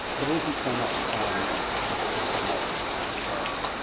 but it isn't so much about her.